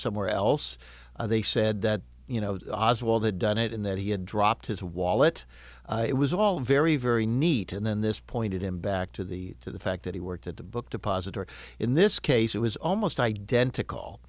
somewhere else they said that you know as well that done it in that he had dropped his wallet it was all very very neat and then this pointed him back to the to the fact that he worked at the book depository in this case it was almost identical